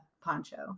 poncho